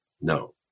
No